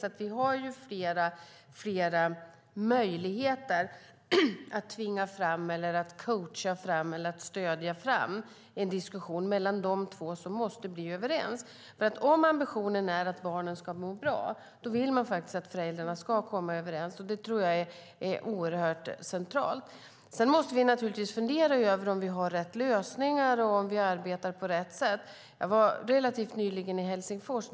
Det finns alltså flera möjligheter att tvinga, coacha eller stödja fram en diskussion mellan de två som måste bli överens. Om ambitionen är att barnen ska må bra vill man faktiskt att föräldrarna ska komma överens, och det tror jag är oerhört centralt. Sedan måste vi naturligtvis fundera över om vi har rätt lösningar och om vi arbetar på rätt sätt. Jag var relativt nyligen i Helsingfors.